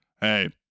Hey